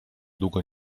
długo